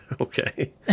Okay